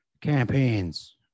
campaigns